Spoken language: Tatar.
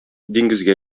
диңгезгә